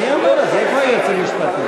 אני מבקש מחברי הכנסת לשבת.